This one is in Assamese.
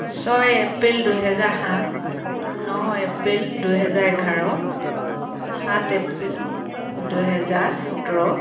ছয় এপ্ৰিল দুহেজাৰ সাত ন এপ্ৰিল দুহেজাৰ এঘাৰ সাত এপ্ৰিল দুহেজাৰ সোতৰ